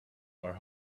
are